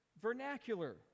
vernacular